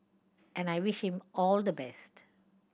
and I wish him all the best